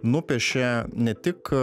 nupiešė ne tik